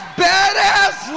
badass